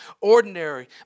ordinary